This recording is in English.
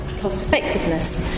cost-effectiveness